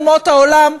אומות העולם,